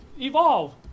evolve